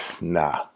nah